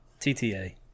TTA